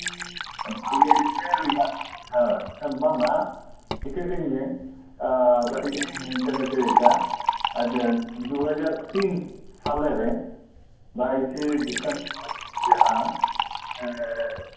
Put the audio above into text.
ᱵᱟᱨᱜᱮᱞ ᱯᱮ ᱨᱮᱭᱟᱜ ᱵᱟᱝᱟ ᱤᱠᱟᱹ ᱠᱟᱹᱧ ᱢᱮ ᱠᱟᱹᱴᱤᱡ ᱤᱧ ᱦᱟᱱᱛᱮ ᱱᱟᱛᱮᱭᱮᱫᱟ ᱟᱪᱪᱟ ᱫᱩ ᱦᱟᱡᱟᱨ ᱛᱤᱱ ᱥᱟᱞᱮ ᱨᱮ ᱵᱟᱭᱤᱥᱮ ᱰᱤᱥᱮᱢᱵᱚᱨ ᱡᱟᱦᱟᱸ